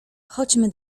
chodźmy